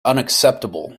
unacceptable